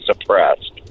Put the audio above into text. suppressed